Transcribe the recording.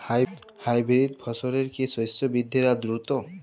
Hybrid ফসলের কি শস্য বৃদ্ধির হার দ্রুত?